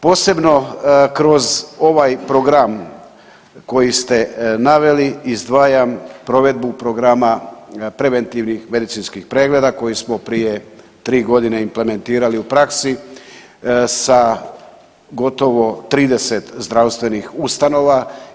Posebno kroz ovaj program koji ste naveli izdvajam provedbu programa preventivnih medicinskih pregleda koji smo prije tri godine implementirali u praksi sa gotovo 30 zdravstvenih ustanova.